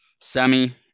semi